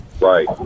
right